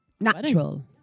natural